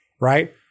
right